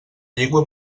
llengua